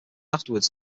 afterwards